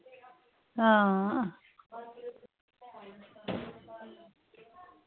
हां